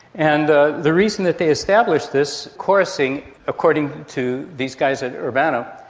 and the the reason that they established this chorusing, according to these guys at urbana,